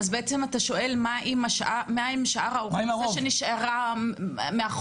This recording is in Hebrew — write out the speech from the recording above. אז בעצם אתה שואל מה עם שאר הקבוצה שנשארה עם הרוב?